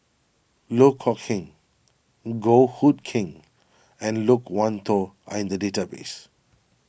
Loh Kok Heng Goh Hood Keng and Loke Wan Tho are in the database